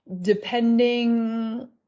depending